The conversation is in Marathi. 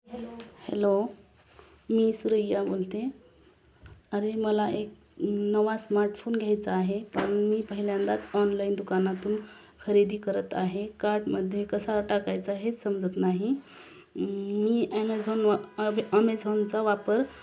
हॅलो मी सुरैया बोलते आहे अरे मला एक नवा स्मार्टफोन घ्यायचा आहे पण मी पहिल्यांदाच ऑनलाईन दुकानातून खरेदी करत आहे कार्टमध्ये कसा टाकायचा हेच समजत नाही मी ॲमेझॉन वा अ अमेझॉनचा वापर